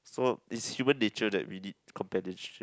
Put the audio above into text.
so is human nature that we need companionship